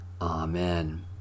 Amen